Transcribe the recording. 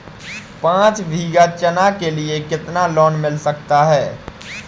पाँच बीघा चना के लिए कितना लोन मिल सकता है?